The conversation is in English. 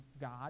God